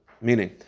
Meaning